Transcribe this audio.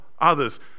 others